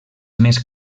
més